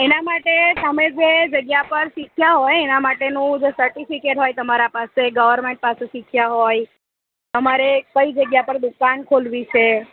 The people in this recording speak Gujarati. એના માટે તમે જે જગ્યા પર શીખ્યા હોય એના માટેનું જો સર્ટિફિકેટ હોય તમારા પાસે ગવર્નમેંટ પાસે શીખ્યા હોય અમારે કઈ જગ્યા પર દુકાન ખોલવી છે